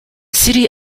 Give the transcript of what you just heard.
city